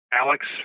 Alex